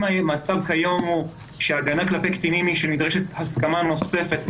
אם המצב כיום הוא שההגנה כלפי קטינים היא שנדרשת הסכמה נוספת,